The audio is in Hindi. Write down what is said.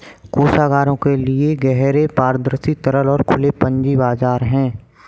कोषागारों के लिए गहरे, पारदर्शी, तरल और खुले पूंजी बाजार हैं